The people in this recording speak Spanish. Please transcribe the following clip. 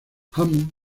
hammond